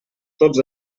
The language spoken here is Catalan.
tots